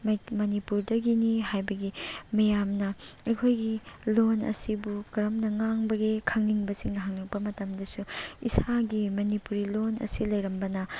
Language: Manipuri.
ꯃꯅꯤꯄꯨꯔꯗꯒꯤꯅꯤ ꯍꯥꯏꯕꯒꯤ ꯃꯌꯥꯝꯅ ꯑꯩꯈꯣꯏꯒꯤ ꯂꯣꯟ ꯑꯁꯤꯕꯨ ꯀꯔꯝꯅ ꯉꯥꯡꯕꯒꯦ ꯈꯪꯅꯤꯡꯕꯁꯤꯡ ꯍꯪꯂꯛꯄ ꯃꯇꯝꯗꯁꯨ ꯏꯁꯥꯒꯤ ꯃꯅꯤꯄꯨꯔꯤ ꯂꯣꯟ ꯑꯁꯤ ꯂꯩꯔꯝꯕꯅ